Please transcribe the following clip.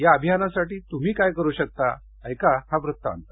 या अभियानासाठी तुम्ही काय करु शकता ऐका हा वृत्तांत